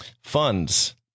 Funds